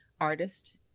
artist